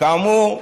כאמור,